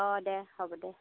অঁ দে হ'ব দে